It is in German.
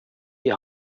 die